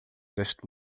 deste